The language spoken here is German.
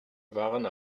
waren